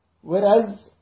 whereas